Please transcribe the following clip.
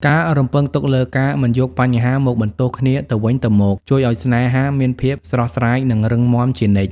ការរំពឹងទុកលើ "ការមិនយកបញ្ហាមកបន្ទោសគ្នាទៅវិញទៅមក" ជួយឱ្យស្នេហាមានភាពស្រស់ស្រាយ និងរឹងមាំជានិច្ច។